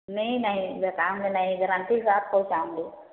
नहीं नहीं बेकार में नहीं गारेंटी के साथ पहुँचाएँगे